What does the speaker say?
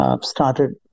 started